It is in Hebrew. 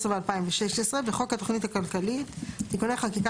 2015 ו-2016) 74. בחוק התוכנית הכלכלית (תיקוני חקיקה